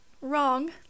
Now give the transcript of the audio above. Wrong